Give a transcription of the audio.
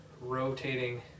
rotating